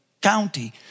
county